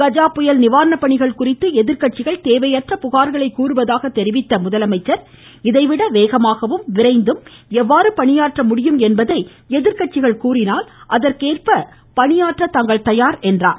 கஜா புயல் நிவாரணப்பணிகள் குறித்து எதிர்கட்சிகள் தேவையற்ற புகார்களை கூறுவதாக சுட்டிக்காட்டிய அவர் இதைவிட வேகமாகவும் விரைந்தும் எவ்வாறு பணியாற்ற முடியும் என்பதை அவர்கள் கூறினால் அதற்கேற்ப பணியாற்ற தாங்கள் தயார் என்றார்